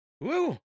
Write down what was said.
Woo